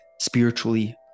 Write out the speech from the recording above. spiritually